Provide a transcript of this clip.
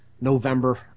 November